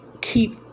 keep